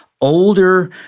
older